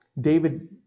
David